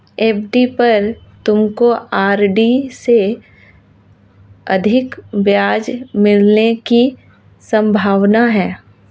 FD पर तुमको RD से अधिक ब्याज मिलने की संभावना है